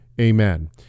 Amen